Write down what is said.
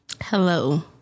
Hello